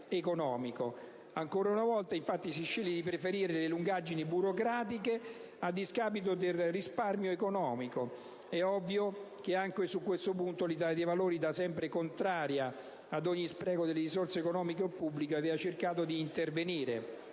Ancora una volta, infatti, si sceglie di preferire le lungaggini burocratiche, a discapito del risparmio economico. È ovvio che anche su questo punto l'Italia dei Valori, da sempre contraria ad ogni spreco delle risorse economiche pubbliche, aveva cercato di intervenire.